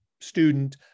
student